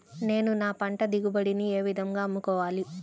నేను నా పంట దిగుబడిని ఏ విధంగా అమ్ముకోవాలి?